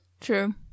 True